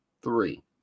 Three